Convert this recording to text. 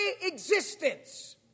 existence